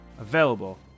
available